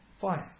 fine